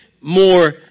more